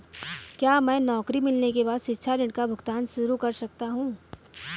क्या मैं नौकरी मिलने के बाद शिक्षा ऋण का भुगतान शुरू कर सकता हूँ?